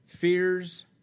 fears